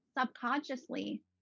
subconsciously